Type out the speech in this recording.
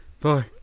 Bye